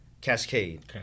Cascade